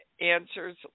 answers